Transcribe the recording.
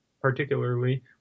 particularly